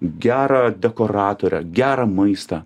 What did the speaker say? gerą dekoratorę gerą maistą